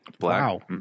Wow